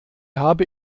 habe